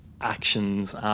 actions